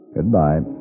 Goodbye